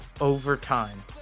overtime